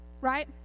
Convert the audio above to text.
right